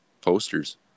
posters